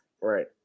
Right